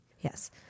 Yes